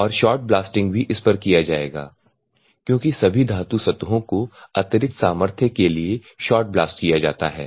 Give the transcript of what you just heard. और shot blasting भी इस पर किया जाएगा क्योंकि सभी धातु सतहों को अतिरिक्त सामर्थ्य के लिए शॉट ब्लास्ट किया जाता है